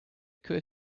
could